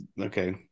okay